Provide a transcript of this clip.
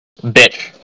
bitch